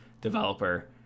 developer